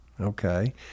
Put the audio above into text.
okay